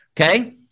Okay